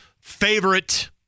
favorite